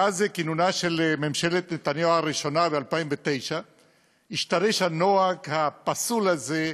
מאז כינונה של ממשלת נתניהו הראשונה ב-2009 השתרש הנוהג הפסול הזה,